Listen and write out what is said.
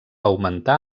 augmentar